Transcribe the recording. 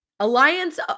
Alliance